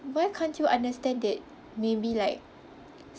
why can't you understand that maybe like